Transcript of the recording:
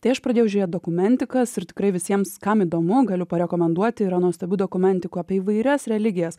tai aš pradėjau žiūrėt dokumentikas ir tikrai visiems kam įdomu galiu parekomenduoti yra nuostabių dokumentikų apie įvairias religijas